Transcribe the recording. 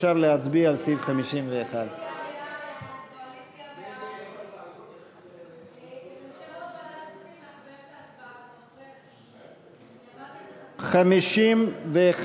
אפשר להצביע על סעיף 51. סעיף 51,